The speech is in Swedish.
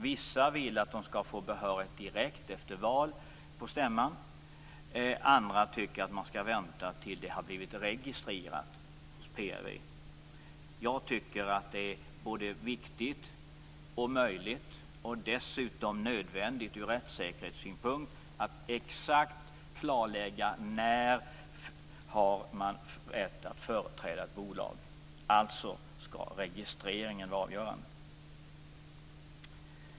Vissa vill att de skall få behörighet direkt efter val på stämman, och andra tycker att man skall vänta till dess att det blivit registrerat hos PRV. Jag tycker att det är både viktigt och möjligt och dessutom nödvändigt ur rättssäkerhetssynpunkt att klarlägga exakt när man har rätt att företräda ett bolag. Registreringen skall alltså vara avgörande.